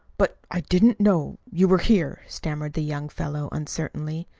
but i didn't know you were here, stammered the young fellow uncertainly.